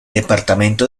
departamento